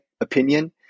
opinion